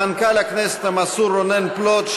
למנכ"ל הכנסת המסור רונן פלוט,